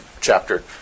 chapter